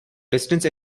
distance